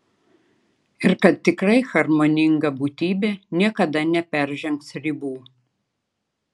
ir kad tikrai harmoninga būtybė niekada neperžengs ribų